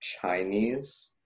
chinese